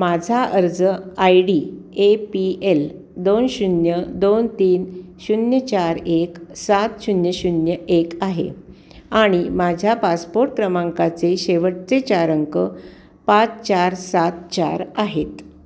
माझा अर्ज I D A P L दोन शून्य दोन तीन शून्य चार एक सात शून्य शून्य एक आहे आणि माझ्या पासपोट क्रमांकाचे शेवटचे चार अंक पाच चार सात चार आहेत